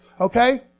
Okay